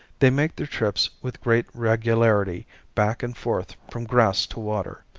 they make their trips with great regularity back and forth from grass to water,